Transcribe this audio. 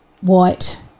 white